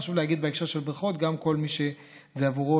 חשוב להגיד בהקשר של בריכות: כל מי שזה עבורו